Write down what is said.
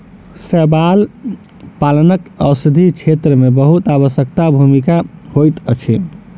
शैवाल पालनक औषधि क्षेत्र में बहुत आवश्यक भूमिका होइत अछि